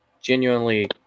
genuinely